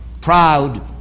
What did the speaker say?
proud